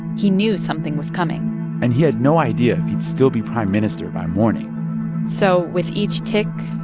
he knew something was coming and he had no idea if he'd still be prime minister by morning so with each tick,